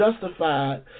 justified